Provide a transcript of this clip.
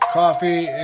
coffee